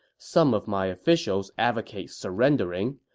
some of my officials advocate surrendering,